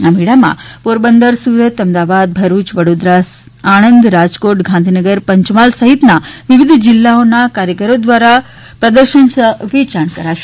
આ મેળામાં પોરબંદર સુરત અમદાવાદ ભરૂચ વડોદરા આણંદ રાજકોટ ગાંધીનગર પંચમહાલ સહિતના વિવિધ જિલ્લાઓનાં કારીગરો દ્વારા પ્રદર્શન સહ વેચાણ કરવામાં આવશે